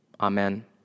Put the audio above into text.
Amen